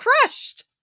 crushed